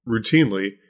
routinely